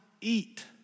eat